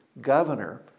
governor